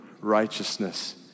righteousness